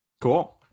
Cool